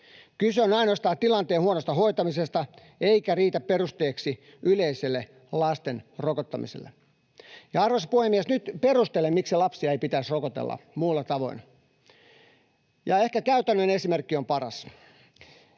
Kyse on ainoastaan tilanteen huonosta hoitamisesta, eikä se riitä perusteeksi yleiselle lasten rokottamiselle. Arvoisa puhemies! Nyt perustelen, miksi lapsia ei pitäisi rokottaa muulla tavoin, ja ehkä käytännön esimerkki on paras.